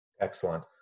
Excellent